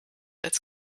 als